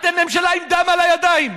אתם ממשלה עם דם על הידיים.